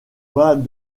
bas